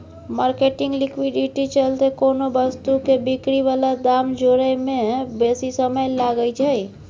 marketing liquidity चलते कोनो वस्तु के बिक्री बला दाम जोड़य में बेशी समय लागइ छइ